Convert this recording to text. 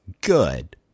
good